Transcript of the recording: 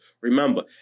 Remember